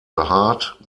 behaart